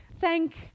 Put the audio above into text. thank